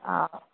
हँ